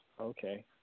Okay